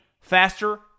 faster